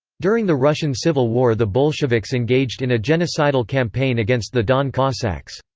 during the russian civil war the bolsheviks engaged in a genocidal campaign against the don cossacks.